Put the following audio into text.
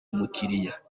umukiriya